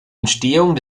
entstehung